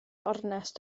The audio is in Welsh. ornest